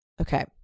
Okay